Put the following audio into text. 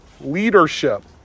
leadership